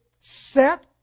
set